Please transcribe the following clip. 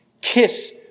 Kiss